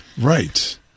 Right